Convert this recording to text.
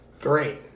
Great